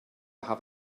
have